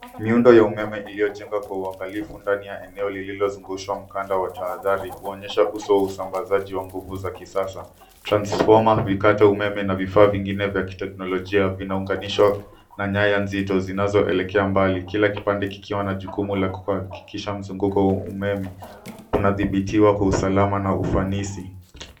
Miundo ya umeme iliyojengwa kwa uangalifu ndani ya eneo lililozungushwa mkanda wa tahadhari kuonyesha uso wa usambazaji wa nguvu za kisasa. Transfoma, vikata umeme na vifaa vingine vya kiteknolojia vinaunganishwa na nyaya nzito zinazoelekea mbali, kila kipande kikiwa na jukumu la kuhakikisha mzunguko wa umeme unadhibitiwa kwa usalama na ufanisi.